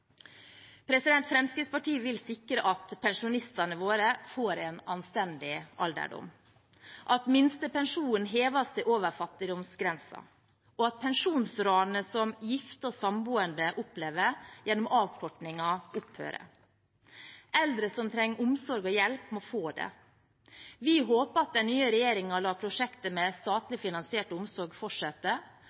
Fremskrittspartiet vil sikre at pensjonistene våre får en anstendig alderdom, at minstepensjonen heves til over fattigdomsgrensen, og at pensjonsranet som gifte og samboende opplever gjennom avkortingen, opphører. Eldre som trenger omsorg og hjelp, må få det. Vi håper at den nye regjeringen lar prosjektet med statlig finansiert omsorg fortsette,